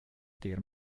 der